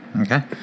Okay